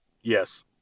Yes